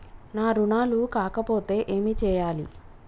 నా రుణాలు కాకపోతే ఏమి చేయాలి?